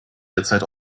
derzeit